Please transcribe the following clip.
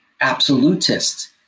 absolutist